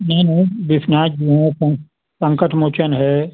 नहीं नहीं विश्वनाथ संकटमोचन है